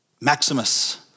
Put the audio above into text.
Maximus